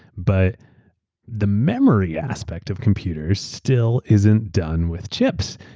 but the memory aspect of computers still isn't done with chips.